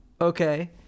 Okay